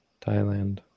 thailand